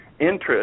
interest